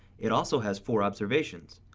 it also has four observations,